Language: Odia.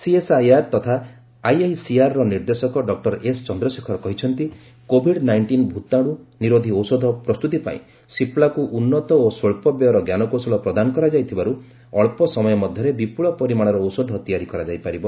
ସିଏସ୍ଆଇଆର୍ ତଥା ଆଇଆଇସିଆର୍ର ନିର୍ଦ୍ଦେଶକ ଡକ୍ଟର ଏସ୍ ଚନ୍ଦ୍ରଶେଖର କହିଛନ୍ତି କୋଭିଡ୍ ନାଇଷ୍ଟିନ୍ ଭୂତାଣୁ ନିରୋଧି ଔଷଧ ପ୍ରସ୍ତୁତିପାଇଁ ସିପ୍ଲାକୁ ଉନ୍ନତ ଓ ସ୍ୱଚ୍ଚ ବ୍ୟୟର ଜ୍ଞାନକୌଶଳ ପ୍ରଦାନ କରାଯାଇଥିବାରୁ ଅଞ୍ଚ ସମୟ ମଧ୍ୟରେ ବିପୁଳ ପରିମାଣର ଔଷଧ ତିଆରି କରାଯାଇପାରିବ